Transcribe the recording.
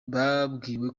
babwiwe